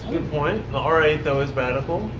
good point. the r eight, though is radical.